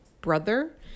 brother